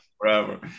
forever